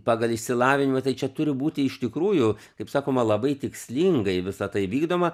pagal išsilavinimą tai čia turi būti iš tikrųjų kaip sakoma labai tikslingai visa tai vykdoma